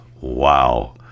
Wow